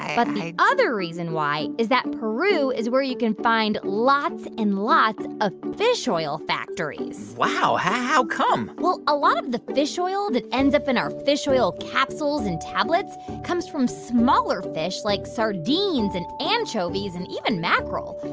but the other reason why is that peru is where you can find lots and lots of fish oil factories wow. how come? well, a lot of the fish oil that ends up in our fish oil capsules and tablets comes from smaller fish like sardines and anchovies and even mackerel.